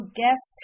guest